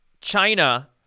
China